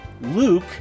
Luke